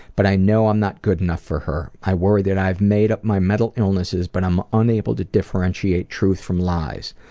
but i know i'm not good enough for her. i worry that i've made up my mental illnesses but i'm unable to differentiate truth from lies.